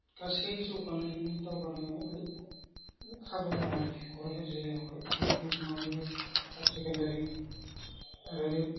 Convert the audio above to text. गासै जौगानायनि दावगानायावहाय खाबु दं आरोखि क'क्राझार जिल्लायावहाय जेरै दतमायावबो हायार सेकेन्दारि आरो